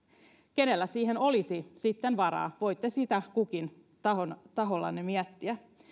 kenellä siihen olisi sitten varaa voitte sitä kukin tahollanne miettiä